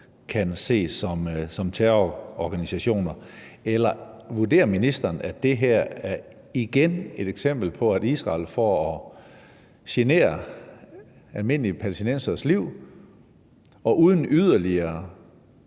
kan ses som terrororganisationer, eller vurderer ministeren, at det her igen er et eksempel på, at Israel for at genere almindelige palæstinenseres liv og uden yderligere